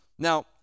Now